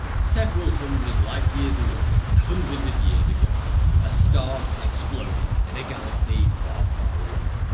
several hundred light years away, and hundreds of years ago a star exploded in a galaxy far, far away.